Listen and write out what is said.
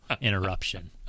interruption